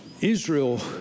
Israel